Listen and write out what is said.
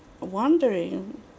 wondering